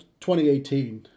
2018